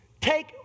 take